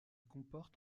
comporte